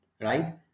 right